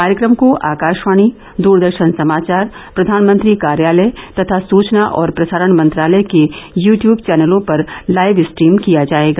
कार्यक्रम को आकाशवाणी दरदरोन समाचार प्रधानमंत्री कार्यालय तथा सूचना और प्रसारण मंत्रालय के यू ट्यूब चैनलों पर लाइव स्ट्रीम किया जाएगा